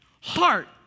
heart